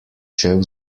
šel